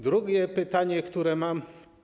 Drugie pytanie, które mam.